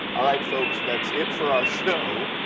all right folks, that's it for our show,